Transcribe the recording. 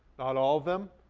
not all of them,